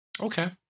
Okay